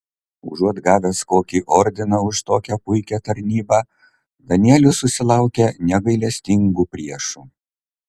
užuot gavęs kokį ordiną už tokią puikią tarnybą danielius susilaukia negailestingų priešų